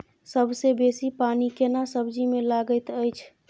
सबसे बेसी पानी केना सब्जी मे लागैत अछि?